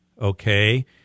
Okay